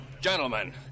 gentlemen